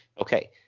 Okay